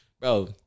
bro